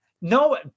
No